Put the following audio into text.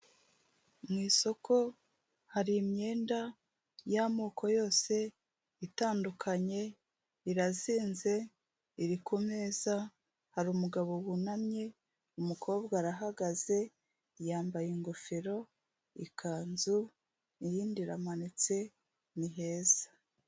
Mu isoko hari imyenda y'amoko yose itandukanye, irazinze iri ku meza, hari umugabo wunamye, umukobwa arahagaze yambaye ingofero, ikanzu, iyindi iramanitse, ni heza.